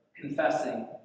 confessing